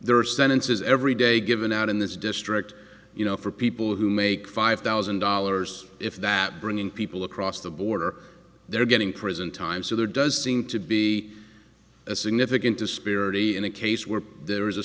are sentences every day given out in this district you know for people who make five thousand dollars if that bringing people across the border they're getting prison time so there does seem to be a significant disparity in a case where there is a